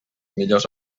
millors